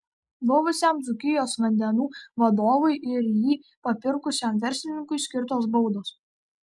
buvusiam dzūkijos vandenų vadovui ir jį papirkusiam verslininkui skirtos baudos